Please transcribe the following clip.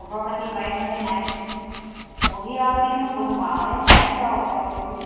খবৰ খাতি পাইছানে নাই পঢ়ি আৰু কিটোনো পঢ়িম আৰু এই চাইছোঁ আৰু ওপৰা ওপৰিকৈ